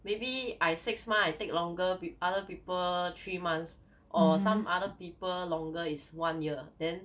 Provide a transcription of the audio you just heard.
maybe I six month I take longer pe~ other people three months or some other people longer is one year then